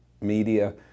media